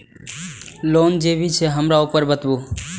Loan जे भी छे हमरा ऊपर बताबू?